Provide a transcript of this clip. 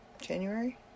January